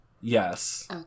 yes